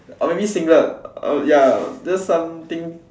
or maybe singlet ya just something